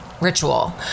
ritual